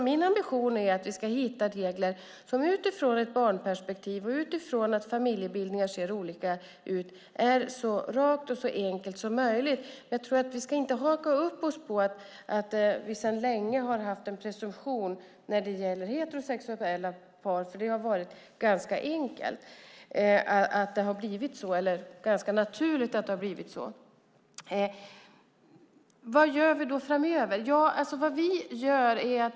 Min ambition är att vi ska hitta regler som utifrån ett barnperspektiv och utifrån att familjebildningar ser olika ut är så raka och så enkla som möjligt. Vi ska inte haka upp oss på att vi sedan länge har en presumtion när det gäller heterosexuella par, för det har varit ganska naturligt att det har blivit så. Vad gör vi framöver?